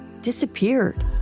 disappeared